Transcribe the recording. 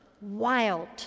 wild